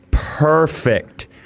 perfect